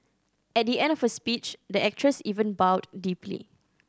at the end of her speech the actress even bowed deeply